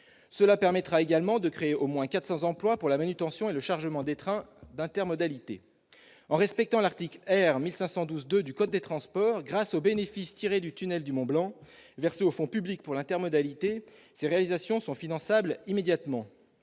Cela permettrait également de créer au moins 400 emplois pour la manutention et le chargement des trains d'intermodalité. En respectant l'article R. 1512-2 du code des transports, grâce aux bénéfices tirés du tunnel du Mont-Blanc versés au fonds public pour l'intermodalité, ces réalisations sont finançables immédiatement,